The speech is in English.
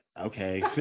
Okay